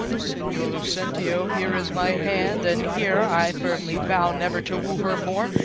signior lucentio, here is my hand, and here i firmly vow never to woo her more,